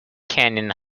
canyon